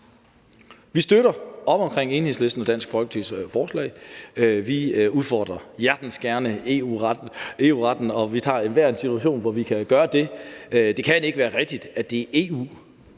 Vi støtter op om Enhedslisten og Dansk Folkepartis forslag. Vi udfordrer hjertens gerne EU-retten, og vi benytter enhver situation, hvor vi kan gøre det. Det kan ikke være rigtigt, at EU